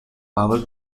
power